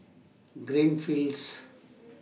Greenfields